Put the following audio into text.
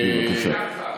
בבקשה.